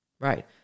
right